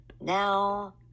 now